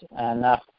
enough